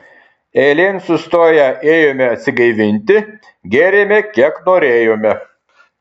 eilėn sustoję ėjome atsigaivinti gėrėme kiek norėjome